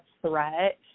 threat